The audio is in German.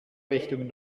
richtung